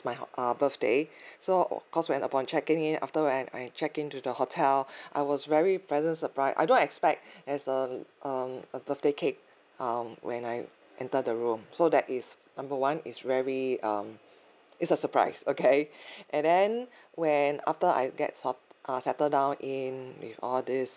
my uh birthday so of course when upon checking in after when I I check in to the hotel I was very pleasant surprised I don't expect there's uh uh a birthday cake um when I entered the room so that is number one is very um it's a surprise okay and then when after I get sort uh settled down in with all these